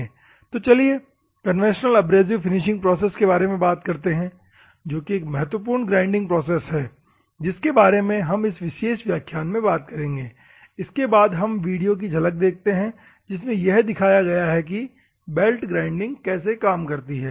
तो चलिए conventional abrasive finishing process के बारे में बात करते हैं जो की एक महत्वपूर्ण ग्राइंडिंग प्रोसेस है जिसके बारे में कि हम इस विशेष व्याख्यान में बात करेंगे इसके बाद हम वीडियो की झलक देखते हैं जिसमें यह दिखाया है कि बेल्ट ग्राइंडिंग कैसे काम करती है